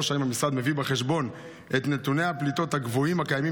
3. האם המשרד מביא בחשבון את נתוני הפליטות הגבוהים הקיימים